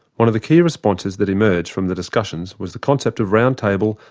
one of the key responses that emerged from the discussions was the concept of roundtable,